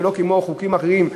ולא כמו בחוקים אחרים,